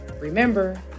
Remember